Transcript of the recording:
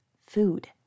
food